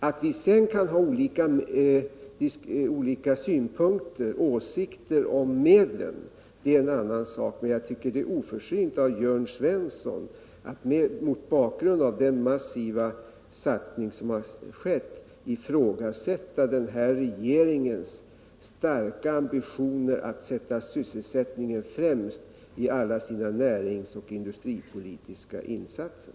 Att vi sedan kan ha olika åsikter om medlen är en annan sak, men jag tycker att det är oförsynt av Jörn Svensson att mot bakgrund av den massiva satsning som skett ifrågasätta denna regerings starka ambitioner att sätta sysselsättningen främst i alla sina näringsoch industripolitiska insatser.